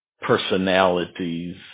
personalities